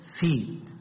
feed